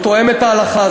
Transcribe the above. זה תואם את ההלכה,